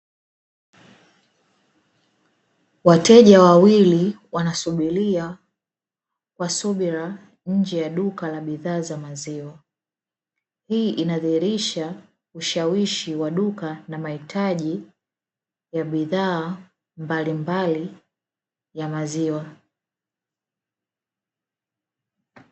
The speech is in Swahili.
Wateja wawili wanasubiria kwa subira nje ya duka la bidhaa za maziwa, hii inadhihirisha ushawishi wa duka na mahitaji ya bidhaa mbalimbali ya maziwa.